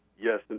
yes